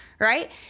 Right